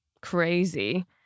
crazy